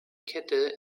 kette